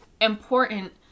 important